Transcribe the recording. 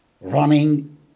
running